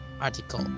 Article